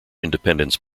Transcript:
independence